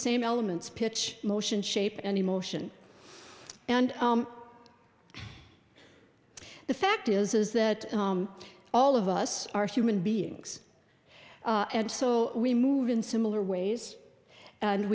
same elements pitch motion shape and emotion and the fact is is that all of us are human beings and so we move in similar ways and